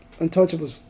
Untouchables